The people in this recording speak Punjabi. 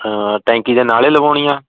ਟੈਂਕੀ ਦੇ ਨਾਲ ਏ ਲਗਾਉਣੀ ਆ